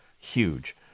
huge